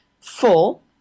full